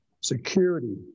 security